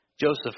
Joseph